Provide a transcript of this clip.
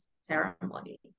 ceremony